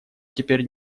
теперь